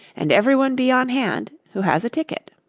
and everyone be on hand who has a ticket.